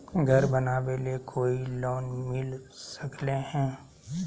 घर बनावे ले कोई लोनमिल सकले है?